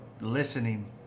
listening